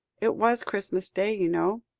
it was christmas day, you know,